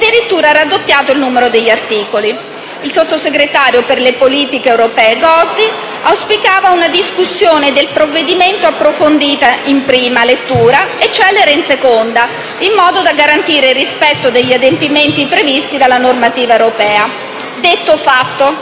addirittura raddoppiato il numero degli articoli. Il sottosegretario per le politiche europee Gozi auspicava una discussione del provvedimento approfondita in prima lettura e celere in seconda, in modo da garantire il rispetto degli adempimenti previsti dalla normativa europea. Detto, fatto: